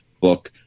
book